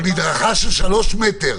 על מדרכה של שלושה מטרים,